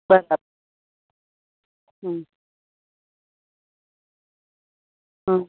બરાબર હમ હમ